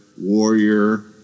Warrior